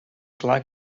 clar